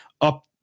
up